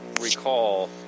recall